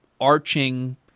arching